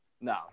No